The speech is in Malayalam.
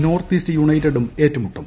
നോർത്ത് ഈസ്റ്റ് യുണൈറ്റഡും ഏറ്റുമുട്ടും